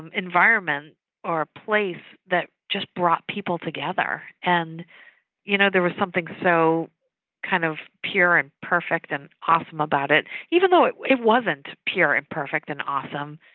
environment or place that just brought people together. and you know there was something so kind of pure and perfect and awesome about it even though it it wasn't pure and perfect and awesome.